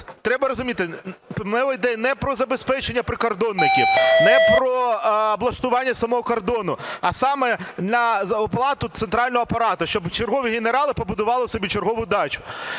Треба розуміти, мова йде не про забезпечення прикордонників, не про облаштування самого кордону, а саме на оплату центрального апарату, щоб чергові генерали побудували собі чергову дачу.